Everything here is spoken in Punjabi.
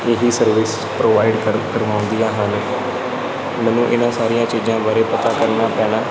ਇਹ ਸਰਵਿਸ ਪ੍ਰੋਵਾਈਡ ਕਰ ਕਰਵਾਉਂਦੀਆਂ ਹਨ ਮੈਨੂੰ ਇਹਨਾਂ ਸਾਰੀਆਂ ਚੀਜ਼ਾਂ ਬਾਰੇ ਪਤਾ ਕਰਨਾ ਪੈਣਾ